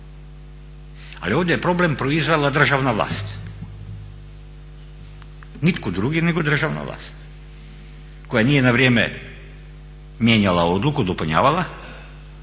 ali ovdje je problem proizvela državna vlast. Nitko drugi nego državna vlast koja nije na vrijeme mijenjala odluku, dopunjavala